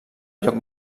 lloc